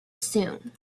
soon